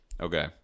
Okay